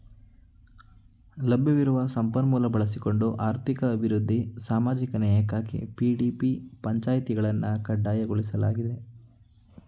ಲಭ್ಯವಿರುವ ಸಂಪನ್ಮೂಲ ಬಳಸಿಕೊಂಡು ಆರ್ಥಿಕ ಅಭಿವೃದ್ಧಿ ಸಾಮಾಜಿಕ ನ್ಯಾಯಕ್ಕಾಗಿ ಪಿ.ಡಿ.ಪಿ ಪಂಚಾಯಿತಿಗಳನ್ನು ಕಡ್ಡಾಯಗೊಳಿಸಲಾಗಿದೆ